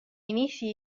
inici